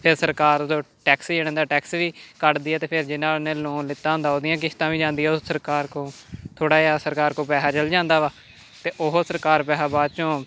ਅਤੇ ਸਰਕਾਰ ਉਹਦਾ ਟੈਕਸ ਉਹਨਾਂ ਦਾ ਟੈਕਸ ਵੀ ਕੱਟਦੀ ਹੈ ਅਤੇ ਫਿਰ ਜਿੰਨਾ ਉਨ੍ਹਾਂ ਨੇ ਲੋਨ ਲਿੱਤਾ ਹੁੰਦਾ ਉਹਦੀਆਂ ਕਿਸ਼ਤਾਂ ਵੀ ਜਾਂਦੀਆਂ ਉਹ ਸਰਕਾਰ ਕੋਲ ਥੋੜ੍ਹਾ ਜਿਹਾ ਸਰਕਾਰ ਕੋਲ ਪੈਸਾ ਚਲ ਜਾਂਦਾ ਵਾ ਅਤੇ ਉਹ ਸਰਕਾਰ ਪੈਸਾ ਬਾਅਦ 'ਚੋਂ